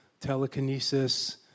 telekinesis